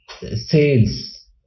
sales